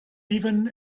even